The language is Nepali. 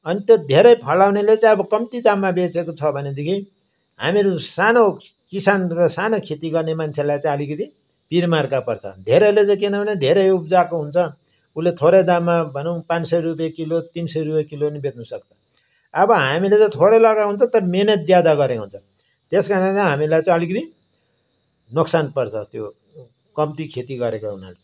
अनि त्यो धेरै फलाउनेले चाहिँ अब कम्ती दाममा बेचेको छ भनेदेखि हामीहरू सानो किसान र सानो खेती गर्ने मान्छेलाई चाहिँ अलिकति पिरमार्का पर्छ धेरैले चाहिँ किनभने धेरै उब्जाको हुन्छ उसले थोरै दाममा भनौँ पाँच सय रुपियाँ किलो तिन सय रुपियाँ किलो नि बेच्नु सक्छ अब हामीले त थोरै लगाएको हुन्छ तर मेहनत ज्यादा गरेको हुन्छ त्यस कारणले हामीलाई चाहिँ अलिकति नोक्सान पर्छ त्यो कम्ती खेती गरेको हुनाले